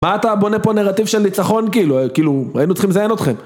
מה אתה בונה פה נרטיב של ניצחון? כאילו, כאילו, היינו צריכים לזיין אתכם.